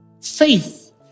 Faith